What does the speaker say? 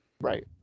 Right